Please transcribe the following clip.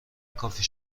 کافی